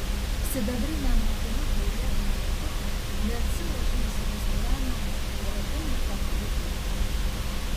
sidabriniam rutuliukui riedant ratu ji atsilošė į sebastianą ir akimirką teliko juodu